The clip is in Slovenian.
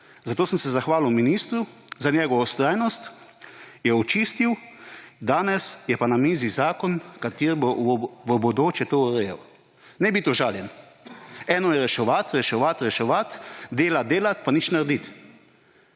Zato sem se zahvalil ministru za njegovo vztrajnost, je očistil, danes je pa na mizi zakon, ki bo v bodoče to urejal. Ne biti užaljeni. Eno je reševati, reševati, reševati, delati, delati, pa nič narediti.